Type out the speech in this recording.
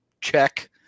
Check